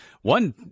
one